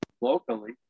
locally